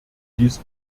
dies